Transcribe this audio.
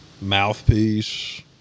mouthpiece